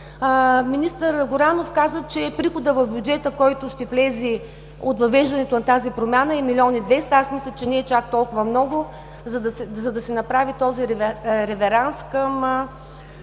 Министър Горанов каза, че приходът в бюджета, който ще влезе от въвеждането на тази промяна, е милион и двеста. Аз мисля, че не е чак толкова много, за да се направи този реверанс към